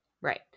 Right